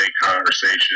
conversation